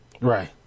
Right